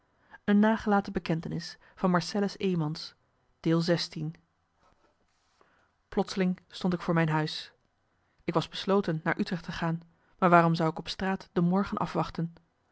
plotseling stond ik voor mijn huis ik was besloten naar utrecht te gaan maar waarom zou ik op straat de morgen afwachten